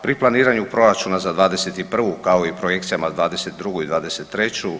Pri planiranju proračuna za '21. kao i projekcijama za '22. i '23.